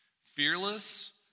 fearless